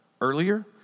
earlier